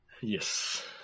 yes